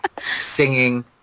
singing